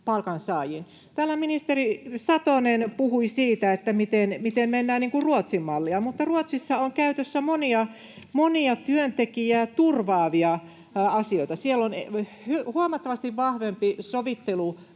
palkansaajiin. Täällä ministeri Satonen puhui siitä, miten mennään Ruotsin mallilla, mutta Ruotsissa on käytössä monia työntekijää turvaavia asioita. Siellä on huomattavasti vahvempi sovittelukoneisto.